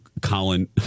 Colin